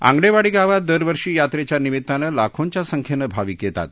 आंगणेवाडी गावात दरवर्षी यात्रेच्या निमित्तानं लाखोंच्या संख्येनं भाविक येतात